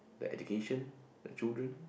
the education like children